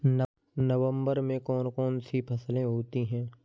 नवंबर में कौन कौन सी फसलें होती हैं?